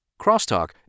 Crosstalk